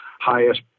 highest